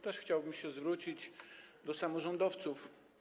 Też chciałbym się zwrócić do samorządowców.